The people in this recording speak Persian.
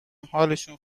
حالشون